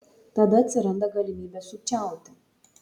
tada atsiranda galimybė sukčiauti